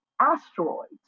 asteroids